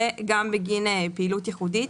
וגם בגין פעילות ייחודית,